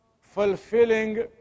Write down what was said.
fulfilling